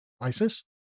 ISIS